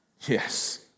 Yes